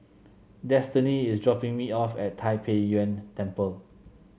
Destiney is dropping me off at Tai Pei Yuen Temple